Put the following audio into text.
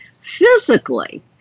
physically